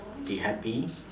be happy